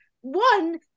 one